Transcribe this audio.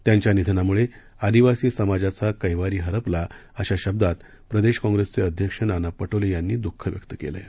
त्यांच्या निधनामुळे आदिवासी समाजाचा कैवारी हरपला अशा शब्दात प्रदेश काँप्रेसचे अध्यक्ष नाना पटोले यांनी दुःख व्यक्त केलं आहे